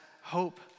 hope